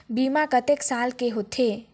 बीमा कतेक साल के होथे?